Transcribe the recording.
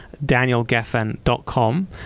danielgeffen.com